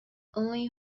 only